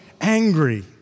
angry